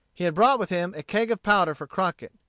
he had brought with him a keg of powder for crockett,